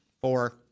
Four